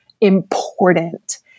important